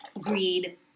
greed